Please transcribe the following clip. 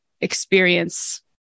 experience